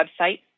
website